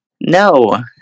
No